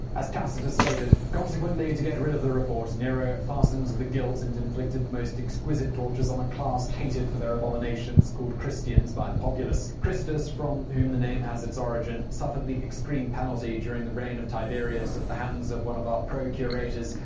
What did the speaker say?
as tacitus stated consequently, to get rid of the report, nero fastened the guilt and inflicted the most exquisite tortures on a class hated for their abominations, called christians by the populace. christus, from whom the name had its origin, suffered the extreme penalty during the reign of tiberius at the hands of one of our procurators,